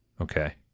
Okay